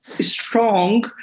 strong